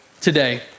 today